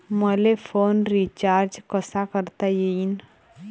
मले phone recharge कसा करता येईन?